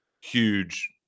huge